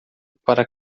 para